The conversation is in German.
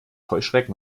heuschrecken